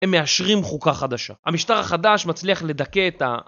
הם מאשרים חוקה חדשה. המשטר החדש מצליח לדכא את ה...